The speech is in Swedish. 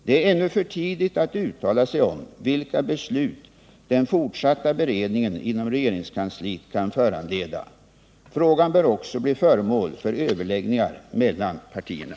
Det är ännu för tidigt att uttala sig om vilka beslut den fortsatta beredningen inom regeringskansliet kan föranleda. Frågan bör också bli föremål för överläggningar mellan partierna.